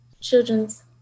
Children's